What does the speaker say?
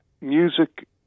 music